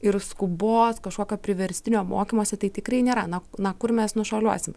ir skubos kažkokio priverstinio mokymosi tai tikrai nėra na na kur mes nušuoliuosim